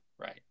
Right